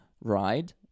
ride